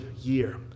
year